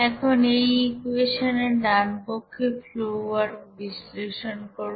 এখন এই ইকুয়েশনের ডানপক্ষে ফ্লো ওয়ার্ক বিশ্লেষণ করব